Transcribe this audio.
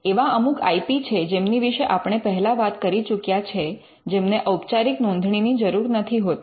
એવા અમુક I P છે જેમની વિશે આપણે પહેલા વાત કરી ચુક્યા છે જેમને ઔપચારિક નોંધણી ની જરૂર નથી હોતી